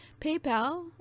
PayPal